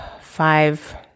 five